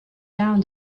down